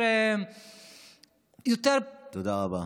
תודה רבה.